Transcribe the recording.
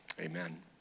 Amen